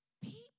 people